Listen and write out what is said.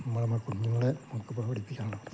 നമ്മൾ നമ്മളെ കുഞ്ഞുങ്ങളെ നമുക്ക് പഠിപ്പിക്കാനുണ്ട്